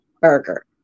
burger